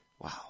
wow